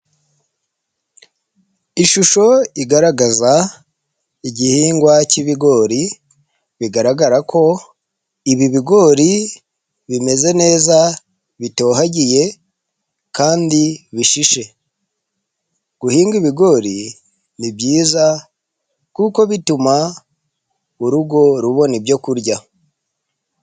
Ishusho igaragaza igihingwa cy'ibigori, bigaragara ko ibi bigori bimeze neza, bitohagiye, kandi bishishe. Guhinga ibigori ni byiza kuko bituma urugo rubona ibyo kurya.